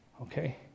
okay